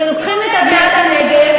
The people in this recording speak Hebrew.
כי לוקחים את אדמת הנגב,